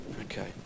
okay